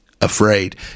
Afraid